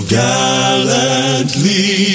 gallantly